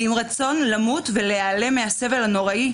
ועם רצון למות ולהיעלם מהסבל הנוראי,